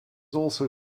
also